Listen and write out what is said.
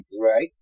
Right